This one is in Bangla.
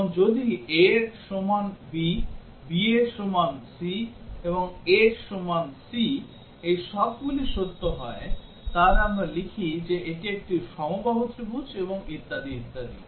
এবং যদি a এর সমান b b এর সমান c এবং a এর সমান c এই সবগুলি সত্য হয় তাহলে আমরা লিখি যে এটি একটি সমবাহু ত্রিভুজ এবং ইত্যাদি ইত্যাদি